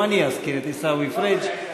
גם אני אזכיר את עיסאווי פריג',